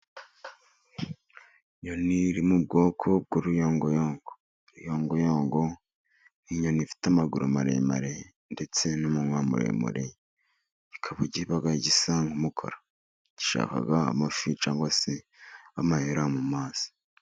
Inyoni iri mu bwoko bw'uruyongoyo. Uruyongoyongo ni inyoni ifite amaguru maremare, ndetse n'umunwa muremure, kikaba kiba gisa n'umukara. Gishaka amafi cyangwa se amahera mu mazi.